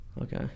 Okay